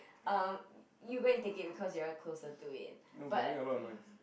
um you go and take it because you are closer to it but